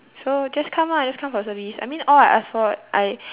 so just come lah just come for service I mean all I ask for I